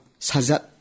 Sazat